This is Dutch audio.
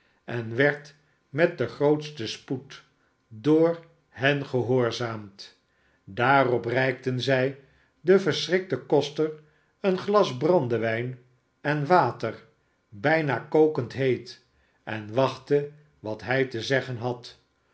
en werd met den grootsten spoed door hen gehoorzaamd daarop reikten zij den verschrikten koster een glas brandewijn en water bijna kokend heet en wachtten wat hij te zeggen had